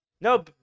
No